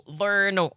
learn